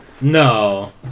No